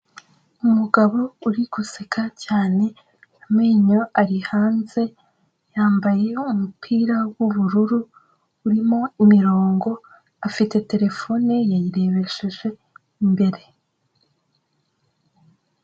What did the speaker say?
Umugabo uri guseka cyane amenyo ari hanze, yambaye umupira w'ubururu urimo imirongo, afite telefone yayirebesheje imbere.